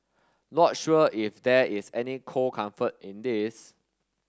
not sure if there is any cold comfort in this